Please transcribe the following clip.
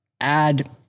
add